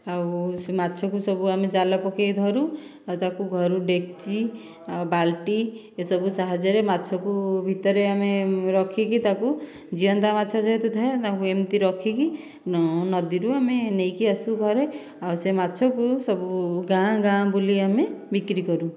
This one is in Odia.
ଆଉ ସେ ମାଛକୁ ସବୁ ଆମେ ଜାଲ ପକେଇ ଧରୁ ଆଉ ତାକୁ ଘରୁ ଡେକ୍ଚି ଆଉ ବାଲ୍ଟି ଏ ସବୁ ସାହାଯ୍ୟରେ ମାଛକୁ ଭିତରେ ଆମେ ରଖିକି ତା'କୁ ଜିଅନ୍ତା ମାଛ ଯେହେତୁ ଥାଏ ତାଙ୍କୁ ଏମିତି ରଖିକି ନଦୀରୁ ଆମେ ନେଇକି ଆସୁ ଘରେ ଆଉ ସେ ମାଛକୁ ସବୁ ଗାଁ ଗାଁ ବୁଲି ଆମେ ବିକ୍ରୀ କରୁ